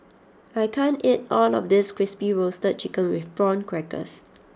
I can't eat all of this Crispy Roasted Chicken with Prawn Crackers